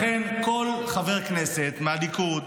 לכן כל חבר כנסת מהליכוד,